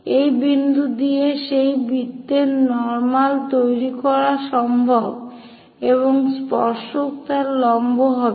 এই বিন্দু দিয়ে সেই বৃত্তের নর্মাল তৈরি করা সম্ভব এবং স্পর্শক তার লম্ব হবে